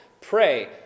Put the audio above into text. pray